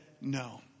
no